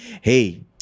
hey